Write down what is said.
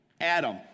Adam